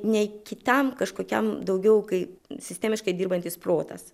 nei kitam kažkokiam daugiau kai sistemiškai dirbantis protas